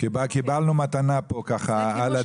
קיבלנו מתנה פה על הדרך.